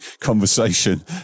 conversation